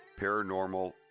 Paranormal